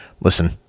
listen